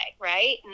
right